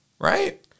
Right